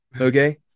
okay